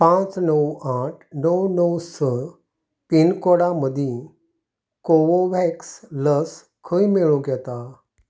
पांच णव आठ णव णव स पिनकोडा मदीं कोवोव्हॅक्स लस खंय मेळूं येता